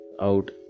out